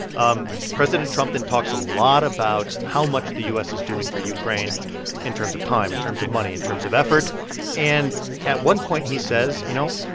um president trump then talks a lot about how much the u s. is doing for ukraine in terms of time, in terms of money, in terms of effort and at one point, he says, you know,